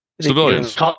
civilians